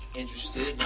interested